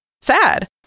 sad